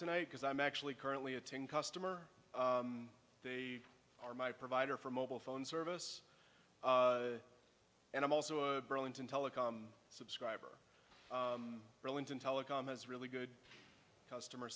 tonight because i'm actually currently attend customer they are my provider for mobile phone service and i'm also burlington telecom subscriber burlington telecom has really good customer